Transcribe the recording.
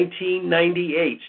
1998